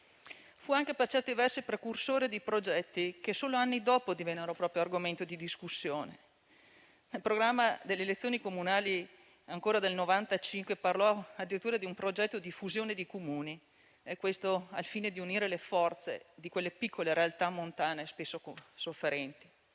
Fu anche per certi versi precursore di progetti che solo anni dopo divennero argomento di discussione. Nel programma delle elezioni comunali del 1995 parlò addirittura di un progetto di fusione di Comuni al fine di unire le forze di quelle piccole realtà montane spesso sofferenti.